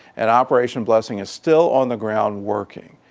and operation blessing is still on the ground working,